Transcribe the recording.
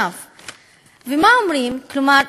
ומה אומרים, כלומר,